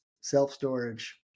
self-storage